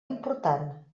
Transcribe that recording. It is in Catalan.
important